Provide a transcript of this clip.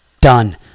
done